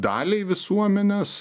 daliai visuomenės